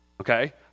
okay